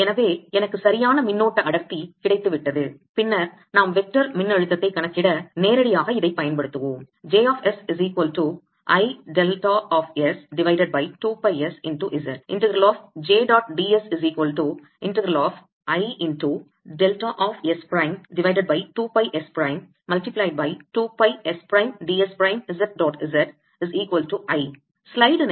எனவே எனக்கு சரியான மின்னோட்ட அடர்த்தி கிடைத்துவிட்டது பின்னர் நாம் வெக்டார் மின்னழுத்தத்தை கணக்கிட நேரடியாக இதைப் பயன்படுத்துவோம்